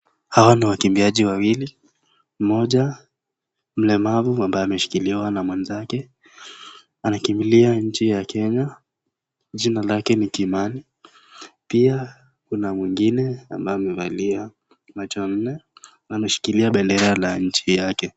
Hawa ni wakimbiaji wawili mmoja mlemavu ambaye ameshikiliwa na mwenzake. Anakimbilia nchi ya Kenya. Jina lake ni Kimani. Pia kuna mwingine ambaye amevalia macho nne na ameshikilia bendera la nchi yake.